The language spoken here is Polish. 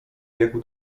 biegł